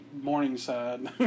Morningside